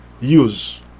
use